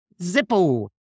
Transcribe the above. Zippo